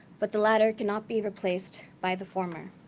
but the latter cannot be replaced by the former.